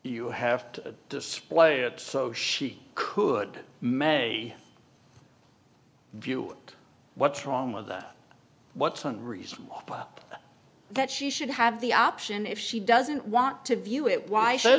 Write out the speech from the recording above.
you have to display it so she could may view what's wrong with that what's one reason that she should have the option if she doesn't want to view it why s